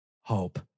hope